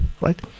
right